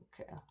Okay